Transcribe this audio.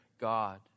God